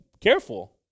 careful